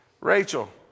Rachel